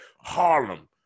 Harlem